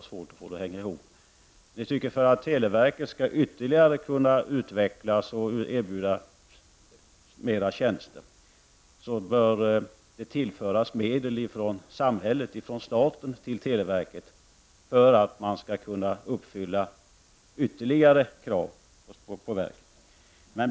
Centern tycker att för att televerket ytterligare skall kunna utvecklas och erbjuda mer tjänster bör det tillföras medel från staten till televerket för att kunna uppfylla ytterligare krav på verket.